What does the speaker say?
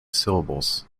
syllables